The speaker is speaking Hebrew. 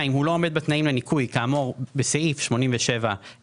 הוא לא עומד בתנאים לניכוי כאמור בסעיף 87ה,